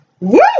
Woo